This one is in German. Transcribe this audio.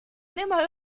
nimmer